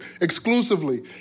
exclusively